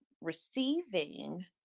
receiving